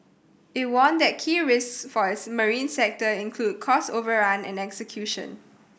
it warned that key risks for its marine sector include cost overrun and execution